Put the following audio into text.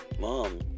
Mom